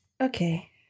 Okay